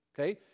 Okay